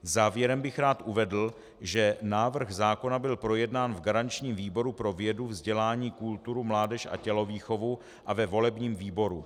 Závěrem bych rád uvedl, že návrh zákona byl projednán v garančním výboru pro vědu, vzdělání, kulturu, mládež a tělovýchovu a ve volebním výboru.